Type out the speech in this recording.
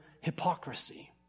hypocrisy